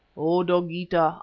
o! dogeetah,